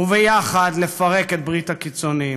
וביחד לפרק את ברית הקיצונים.